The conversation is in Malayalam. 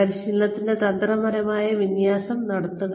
പരിശീലനത്തിന് തന്ത്രപരമായ വിന്യാസം നൽകുക